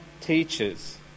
teachers